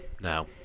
now